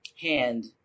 hand